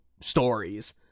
stories